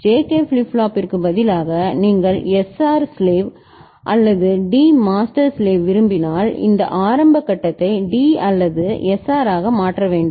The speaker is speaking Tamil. JK ஃபிளிப் ஃப்ளாப்பிற்கு பதிலாக நீங்கள் SR மாஸ்டர் ஸ்லேவ் அல்லது D மாஸ்டர் ஸ்லேவ் விரும்பினால் இந்த ஆரம்ப கட்டத்தை D அல்லது சே ஆக மாற்ற வேண்டும்